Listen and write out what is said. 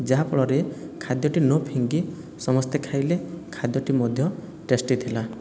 ଯାହାଫଳରେ ଖାଦ୍ୟଟି ନ ଫିଙ୍ଗି ସମସ୍ତେ ଖାଇଲେ ଖାଦ୍ୟଟି ମଧ୍ୟ ଟେଷ୍ଟି ଥିଲା